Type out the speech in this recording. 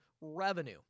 revenue